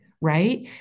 Right